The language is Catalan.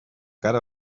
cara